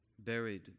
Buried